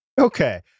Okay